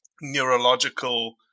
neurological